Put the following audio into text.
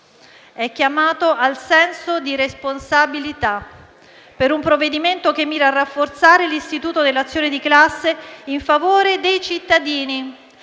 è chiamato al senso di responsabilità su un provvedimento che mira a rafforzare l'istituto dell'azione di classe in favore dei cittadini,